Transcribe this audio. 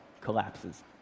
collapses